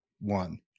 One